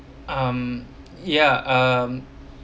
um ya um